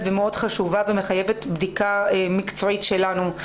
ומאוד חשובה ומחייבת בדיקה מקצועית שלנו.